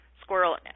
squirrel